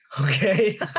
Okay